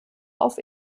auf